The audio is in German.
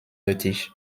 nötig